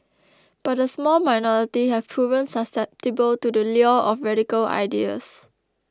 but a small minority have proven susceptible to the lure of radical ideas